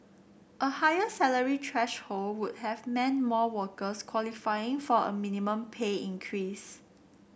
a higher salary threshold would have meant more workers qualifying for a minimum pay increase